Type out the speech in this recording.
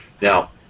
Now